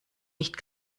nicht